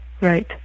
Right